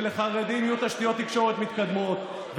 שלחרדים יהיו תשתיות תקשורת מתקדמות.